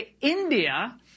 India